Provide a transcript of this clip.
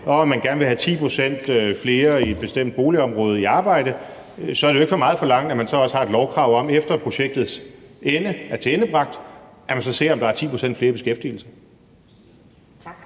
at man gerne vil have 10 pct. flere i et bestemt boligområde i arbejde, så er det jo ikke for meget at forlange, at man så også har et lovkrav om, efter at projektet er tilendebragt, at man så ser, om der er 10 pct. flere i beskæftigelse. Kl.